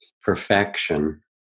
perfection